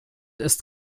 ist